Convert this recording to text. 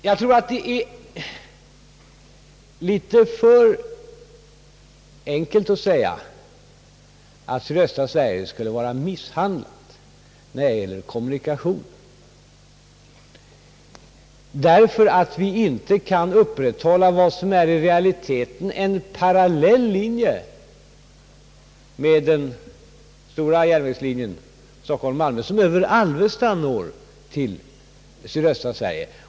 Jag tror att det är litet för enkelt att säga, att sydöstra Sverige skulle vara misshandlat när det gäller kommunikationer av den anledningen att vi inte kan upprätthålla vad som i realiteten är en parallell linje till den stora järnvägslinjen Stockholm-—Malmö, som över Alvesta når till sydöstra Sverige.